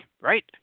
right